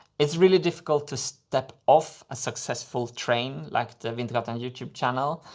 it's really difficult to step off a successful train, like the wintergatan youtube channel,